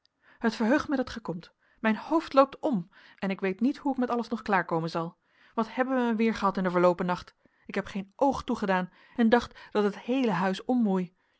het verheugt mij dat gij komt mijn hoofd loopt om en ik weet niet hoe ik met alles nog klaarkomen zal wat hebben wij een weer gehad in den verloopen nacht ik heb geen oog toegedaan en dacht dat het heele huis omwoei